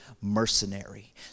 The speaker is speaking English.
mercenary